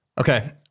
Okay